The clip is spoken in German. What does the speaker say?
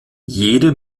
jede